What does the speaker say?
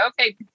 okay